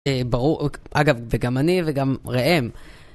אגב, וגם אני, וגם רעם.